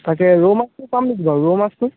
তাকে ৰৌ মাছটো পাম নেকি বাৰু ৰৌ মাছটো